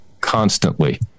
constantly